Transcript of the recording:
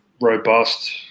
robust